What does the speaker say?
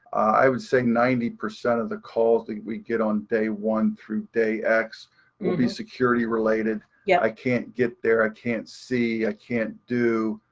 i would say ninety percent of the calls that we get on day one through day x will be security related. i can't get there, i can't see, i can't do,